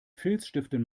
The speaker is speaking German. filzstiften